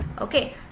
Okay